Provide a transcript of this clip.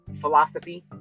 philosophy